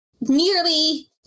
nearly